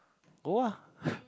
go ah